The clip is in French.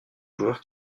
joueurs